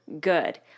good